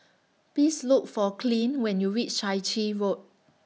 Please Look For Clint when YOU REACH Chai Chee Road